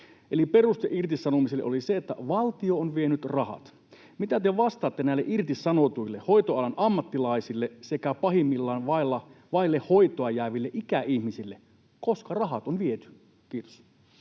peruste irtisanomisille oli se, että valtio on vienyt rahat. Mitä te vastaatte näille irtisanotuille hoitoalan ammattilaisille sekä pahimmillaan vaille hoitoa jääville ikäihmisille, koska rahat on viety? — Kiitos.